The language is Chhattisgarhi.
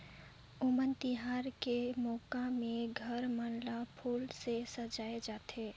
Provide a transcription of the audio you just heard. ओनम तिहार के मउका में घर मन ल फूल में सजाए जाथे